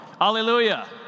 hallelujah